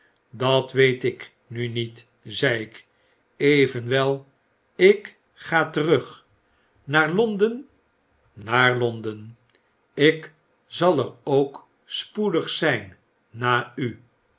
dat weet ik nu niet zei ik evenwel ik ga terug naar londen p naar londen lk zal er ook spoedig zijn na u